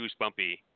Goosebumpy